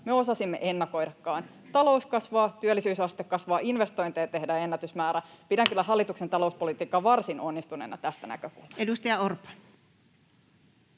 osasimme ennakoidakaan. Talous kasvaa, työllisyysaste kasvaa, investointeja tehdään ennätysmäärä — pidän kyllä hallituksen talouspolitiikkaa varsin onnistuneena tästä näkökulmasta. [Speech 49]